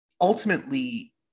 ultimately